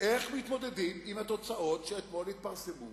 איך מתמודדים עם התוצאות שאתמול התפרסמו